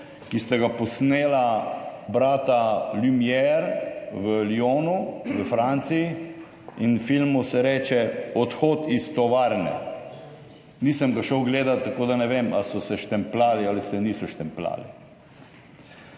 ki sta ga posnela brata Lumiere v Lyonu v Franciji. Filmu se reče Odhod iz tovarne. Nisem ga šel gledat, tako da ne vem, ali so se štempljali ali se niso štempljali.